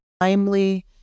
timely